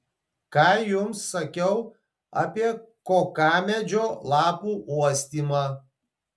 ką jums sakiau apie kokamedžio lapų uostymą